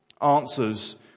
answers